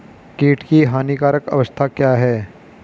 कीट की हानिकारक अवस्था क्या है?